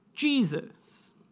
Jesus